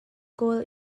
kawl